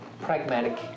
pragmatic